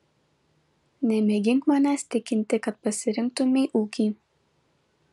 nemėgink manęs tikinti kad pasirinktumei ūkį